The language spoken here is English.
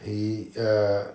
he uh